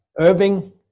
Irving